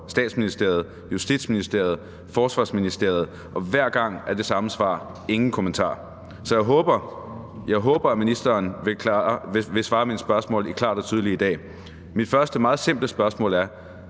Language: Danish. Statsministeriet, Justitsministeriet og Forsvarsministeriet, og hver gang er det det samme svar: Ingen kommentarer. Så jeg håber, at ministeren klart og tydeligt vil besvare mine spørgsmål i dag. Mit første meget simple spørgsmål er: